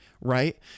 right